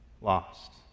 lost